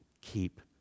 keep